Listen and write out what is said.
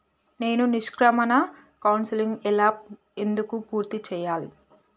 నేను నిష్క్రమణ కౌన్సెలింగ్ ఎలా ఎందుకు పూర్తి చేయాలి?